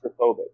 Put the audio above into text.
claustrophobic